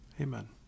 Amen